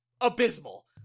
abysmal